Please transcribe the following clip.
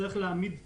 צריך להעמיד תחרות.